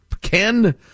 Ken